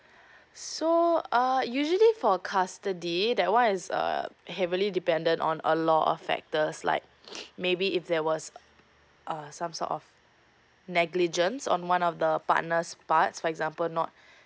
so uh usually for custody that one is err heavily dependent on a lot of factors like maybe if there was uh some sort of negligence on one of the partners parts for example not